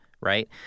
right